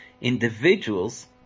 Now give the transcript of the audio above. individuals